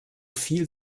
viel